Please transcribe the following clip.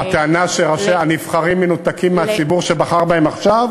הטענה היא שהנבחרים מנותקים מהציבור שבחר בהם עכשיו?